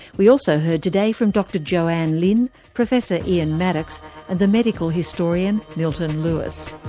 we also heard today from dr joanne lynn, professor ian maddocks and the medical historian, milton lewis.